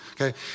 okay